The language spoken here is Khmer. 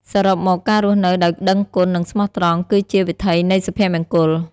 សរុបមក ការរស់នៅដោយដឹងគុណ និងស្មោះត្រង់ គឺជាវិថីនៃសុភមង្គល។